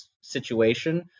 situation